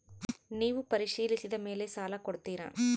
ನೇವು ಪರಿಶೇಲಿಸಿದ ಮೇಲೆ ಸಾಲ ಕೊಡ್ತೇರಾ?